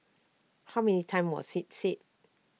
how many times was IT said